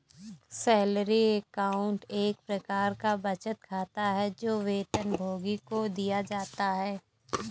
salary account एक प्रकार का बचत खाता है, जो वेतनभोगी को दिया जाता है